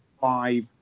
five